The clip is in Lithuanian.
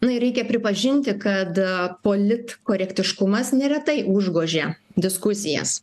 na ir reikia pripažinti kad politkorektiškumas neretai užgožia diskusijas